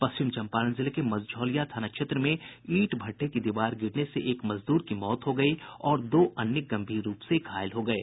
पश्चिम चम्पारण जिले के मझौलिया थाना क्षेत्र में ईंट भद्दे की दीवार गिरने से एक मजदूर की मौत हो गयी और दो अन्य गंभीर रूप से घायल हो गये